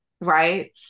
right